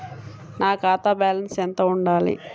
నా ఖాతా బ్యాలెన్స్ ఎంత ఉండాలి?